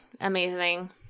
amazing